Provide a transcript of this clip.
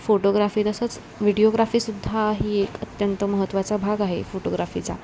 photography तसंच videography सुद्धा ही एक अत्यंत महत्त्वाचा भाग आहे फोटोग्राफीचा